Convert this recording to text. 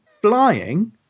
flying